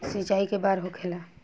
सिंचाई के बार होखेला?